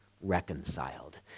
reconciled